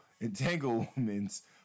entanglements